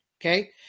Okay